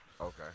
Okay